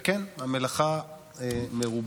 וכן, המלאכה מרובה,